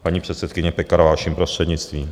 Paní předsedkyně Pekarová, vaším prostřednictvím.